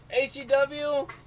ACW